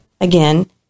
again